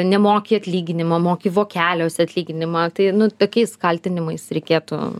nemoki atlyginimo moki vokeliuose atlyginimą tai nu tokiais kaltinimais reikėtų